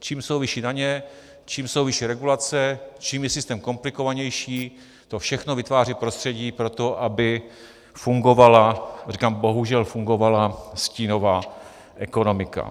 Čím jsou vyšší daně, čím jsou vyšší regulace, čím je systém komplikovanější, to všechno vytváří prostředí pro to, aby fungovala, a říkám bohužel fungovala, stínová ekonomika.